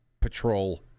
patrol